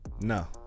No